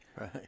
Right